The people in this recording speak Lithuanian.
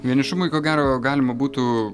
vienišumui ko gero galima būtų